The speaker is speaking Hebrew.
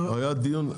היה דיון.